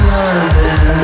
London